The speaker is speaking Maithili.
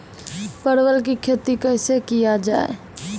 परवल की खेती कैसे किया जाय?